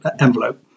envelope